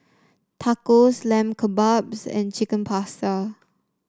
Tacos Lamb Kebabs and Chicken Pasta